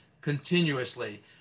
continuously